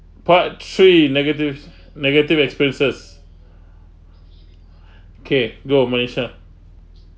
part three negatives negative experiences kay go malaysia